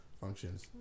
functions